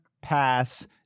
Pass